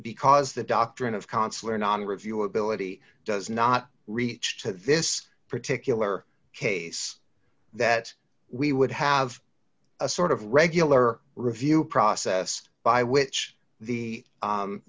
because the doctrine of consular non review ability does not reach to this particular case that we would have a sort of regular review process by which the